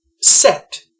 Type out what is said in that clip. set